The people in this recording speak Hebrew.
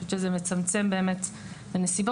שזה באמת מצמצם את הנסיבות.